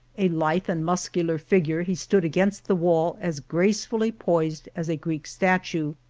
a lithe and muscular figure, he stood against the wall as gracefully poised as a greek statue.